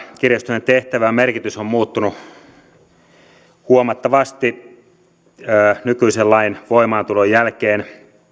kirjastojen tehtävä ja merkitys ovat muuttuneet huomattavasti nykyisen lain voimaantulon jälkeen